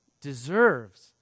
deserves